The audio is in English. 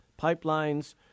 pipelines